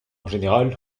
général